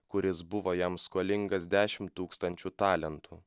kuris buvo jam skolingas dešimt tūkstančių talentų